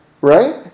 Right